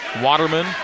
Waterman